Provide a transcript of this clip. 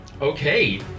Okay